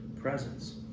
presence